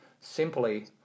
simply